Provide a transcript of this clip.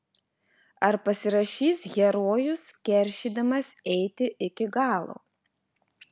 ar pasiryš herojus keršydamas eiti iki galo